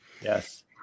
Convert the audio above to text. Yes